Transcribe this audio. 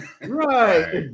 Right